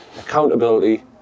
accountability